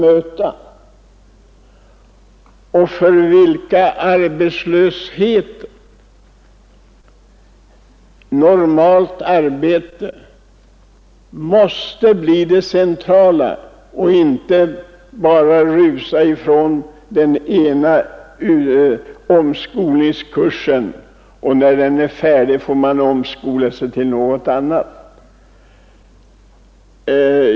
För dem är frågeställningen arbetslöshet eller normalt arbete det centrala. Man vill inte bara rusa ifrån den ena omskolningskursen till den andra.